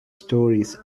stories